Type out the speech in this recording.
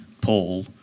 Paul